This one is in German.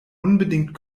unbedingt